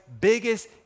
biggest